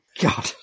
God